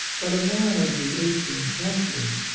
but a man of the eighteenth century.